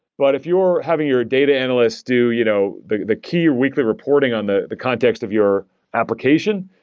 but if you're having your data analyst do you know the the key weekly reporting on the the context of your application,